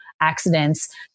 accidents